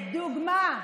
נכון, דוגמה.